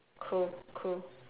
cool cool